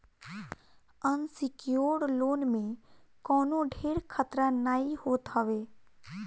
unsecured loan में कवनो ढेर खतरा नाइ होत हवे